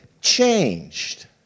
changed